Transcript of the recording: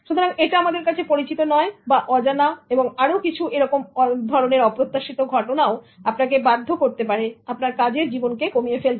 সুতরাং এটা আমাদের কাছে পরিচিত নয় বা অজানা এবং আরো কিছু এরকম ধরনের অপ্রত্যাশিত ঘটনা আপনাকে বাধ্য করতে পারে আপনার কাজের জীবনকে কমিয়ে ফেলতে